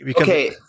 Okay